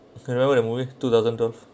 can remember the movie two thousand twelve